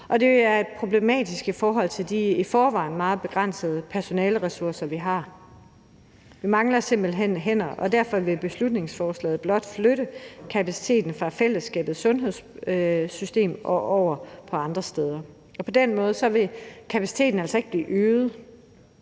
det er problematisk i forhold til de i forvejen meget begrænsede personaleressourcer, vi har. Vi mangler simpelt hen hænder, og derfor vil beslutningsforslaget blot flytte kapaciteten fra fællesskabets sundhedssystem og over på andre steder. Og på den måde vil kapaciteten altså ikke blive øget,